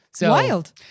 wild